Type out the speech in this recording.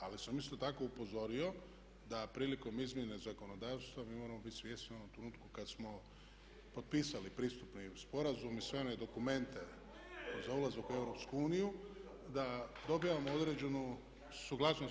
Ali sam isto tako upozorio da prilikom izmjene zakonodavstva mi moramo bit svjesni u onom trenutku kad smo potpisali pristupni sporazum i sve one dokumente za ulazak u EU, da dobivamo određenu suglasnost.